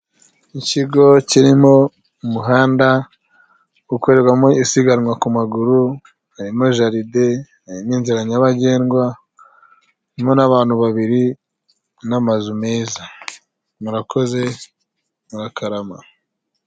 Ikigo kirimo umuhanda ukorerwamo isiganwa ku maguru harimo, jaride hari n'inzira nyabagendwa, harimo n'abantu babiri, n'amazu meza murakoze murakarama.